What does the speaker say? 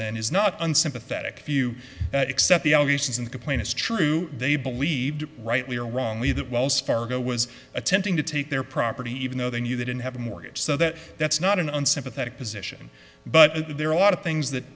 and is not unsympathetic if you accept the allegations in the complaint is true they believe rightly or wrongly that wells fargo was attempting to take their property even though they knew they didn't have a mortgage so that that's not an unsympathetic position but there are a lot of things that